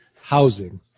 housing